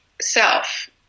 self